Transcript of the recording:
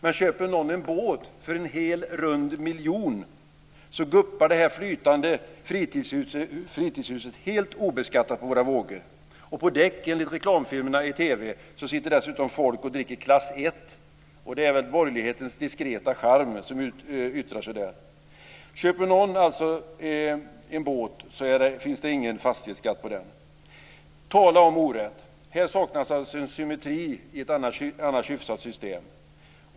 Men köper någon en båt för en hel rund miljon, så guppar detta flytande fritidshus helt obeskattat på vågorna. På däck, enligt reklamfilmerna i TV, sitter dessutom folk och dricker klass I, och det är väl borgerlighetens diskreta charm som yttrar sig där. Köper någon en båt så finns det alltså ingen fastighetsskatt på den. Tala om orätt! Här saknas alltså en symmetri i ett annars hyfsat system.